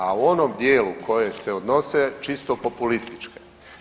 A u onom dijelu koje se odnose čisto populističke.